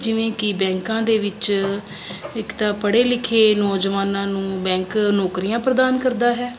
ਜਿਵੇਂ ਕਿ ਬੈਂਕਾਂ ਦੇ ਵਿੱਚ ਇੱਕ ਤਾਂ ਪੜ੍ਹੇ ਲਿਖੇ ਨੌਜਵਾਨਾਂ ਨੂੰ ਬੈਂਕ ਨੌਕਰੀਆਂ ਪ੍ਰਦਾਨ ਕਰਦਾ ਹੈ